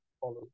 follow